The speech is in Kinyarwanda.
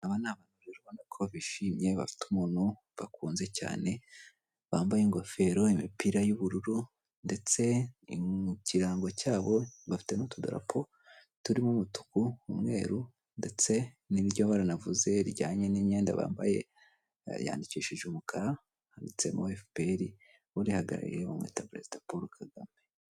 Aba ni abantu rero ubona ko bishimye bafite umuntu bakunze cyane, bambaye ingofero imipira y'ubururu ndetse mu kirango cyabo bafitemo n'utudarapo turimo umutuku n'umweru ndetse n'iryo bara navuze rijyanye n'imyenda bambaye yandikishije umukara handitsemo FPR, urihagarariye bamwita perezida paul kagame.